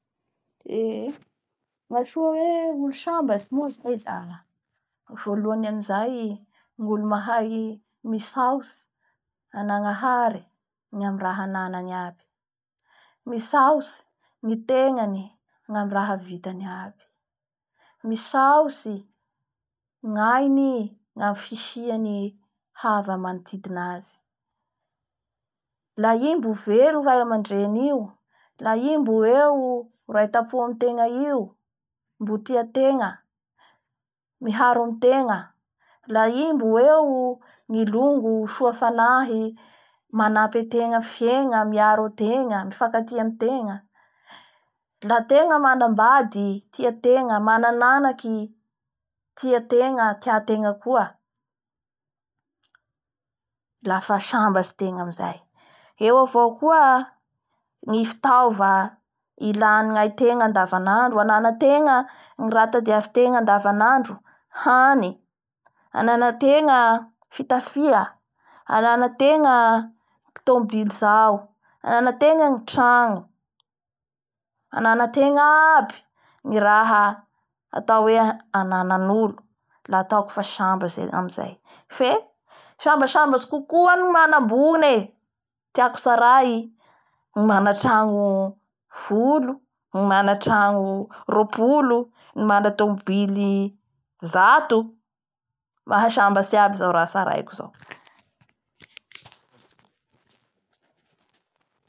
Eee ny atsoa ny hoe olo sambatsy moa zay da ny volohany amizay da ny olo mahay misaotsy anagnahary ny amin'ny raha ananany aby. Misaotsy ny tegnany ny amin'ny raha vitany aby. Misaotsy ny ainy i gnamin'ny fisian'ny havany manodidina azy. La i mbo velo ray amandreny io, la i mbo eo raitampo amitegna io mbo tia ategna, miaharo amitegna, la i mbo eo ny longo soa fanahy manampy ategna amin'ny fiegna miaro ategna, mifankatia amitegna la ategna manambady manana anaky tia ategna tia tegna koa lafa sambatsy tegna amizay, eo avao koa ny fitaova ilain'ny aitegna andavanandro ananategna ny raha tadiavitegna andavanandro, hany, ananategna fitafia, ananategna tomombily zao, ananategna ny tragno ananategna aby ny raha atao hoe ananan'olola ataoko fa sambatsy tsika amizay fe sambasambatsy kokoa ny manam-bola, ny tiako hotsaray ny manan tragno folo ny manan tragno roapolo ny mana tomobily zato, mahasambatsy aby zao raha tsaraiko zao.